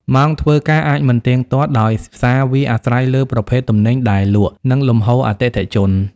ម៉ោងធ្វើការអាចមិនទៀងទាត់ ដោយសារវាអាស្រ័យលើប្រភេទទំនិញដែលលក់ និងលំហូរអតិថិជន។